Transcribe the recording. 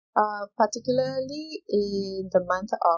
uh particularly in the month of